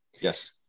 Yes